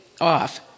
off